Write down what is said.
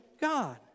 God